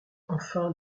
enfin